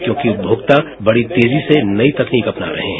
क्योंकि उपभोक्ता बड़ी तेजी से नई तकनीक अपना रहे हैं